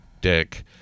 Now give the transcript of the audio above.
dick